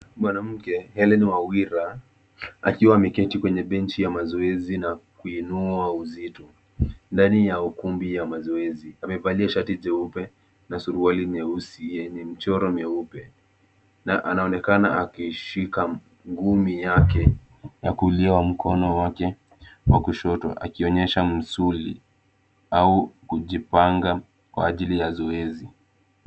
Mwanamke Hellen Wawira akiwa ameketi kwenye benchi ya mazoezi na kuinua uzito ndani ya ukumbi ya mazoezi. Amevalia shati jeupe na suruali nyeusi yenye michoro myeupe na anaonekana akishika ngumi yake ya kulia mkono wake wa kushoto akionyesha msuli au kujipanga kwa ajili ya zoezi.